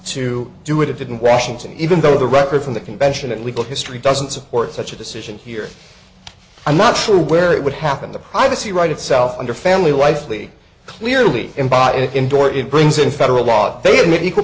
to do it it didn't washington even though the record from the convention and legal history doesn't support such a decision here i'm not sure where it would happen the privacy right itself under family life lee clearly and bought it indoor it brings in federal law